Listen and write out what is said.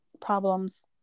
problems